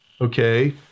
Okay